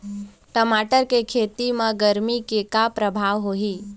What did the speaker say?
टमाटर के खेती म गरमी के का परभाव होही?